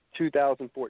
2014